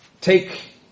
take